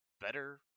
better